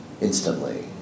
instantly